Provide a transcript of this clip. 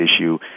issue